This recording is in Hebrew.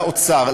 לאוצר,